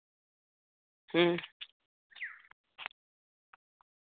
ᱦᱩᱸ